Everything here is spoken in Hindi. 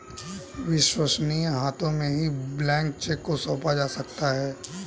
विश्वसनीय हाथों में ही ब्लैंक चेक को सौंपा जा सकता है